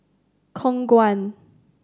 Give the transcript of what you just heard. Khong Guan